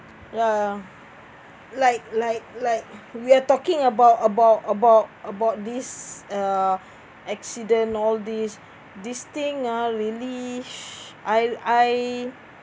ya like like like we are talking about about about about this uh accident all this this thing ah really I I